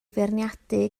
feirniadu